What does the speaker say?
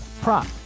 prop